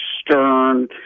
Stern